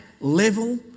level